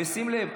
ושים לב,